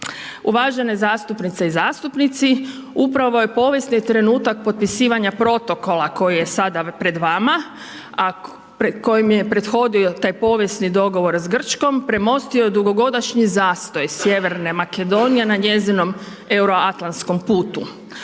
Uvažene zastupnice i zastupnici upravo je povijesni trenutak potpisivanja protokola koji je sada pred vama, a kojim je prethodio taj povijesni dogovor s Grčkom, premostio je dugogodišnji zastoj sjeverne Makedonije na njezinom Euroatlantskom putu,